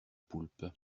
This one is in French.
poulpe